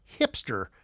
hipster